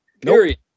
Period